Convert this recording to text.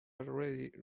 already